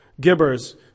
gibbers